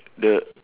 the